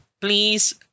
please